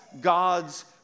God's